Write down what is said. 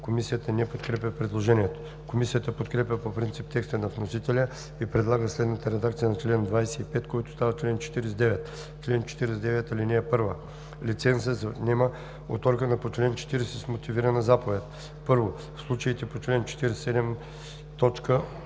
Комисията не подкрепя предложението. Комисията подкрепя по принцип текста на вносителя и предлага следната редакция на чл. 25, който става чл. 49: „Чл. 49. (1) Лицензът се отнема от органа по чл. 40 с мотивирана заповед: 1. в случаите по чл. 47, т.